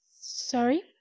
Sorry